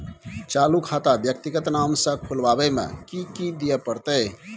चालू खाता व्यक्तिगत नाम से खुलवाबै में कि की दिये परतै?